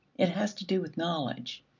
it has to do with knowledge.